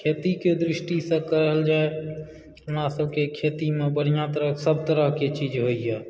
खेती के दृष्टि सँ कहल जाइ अपना सबके खेती मे बढ़िऑं तरह सब तरह के चीज होइया